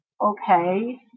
okay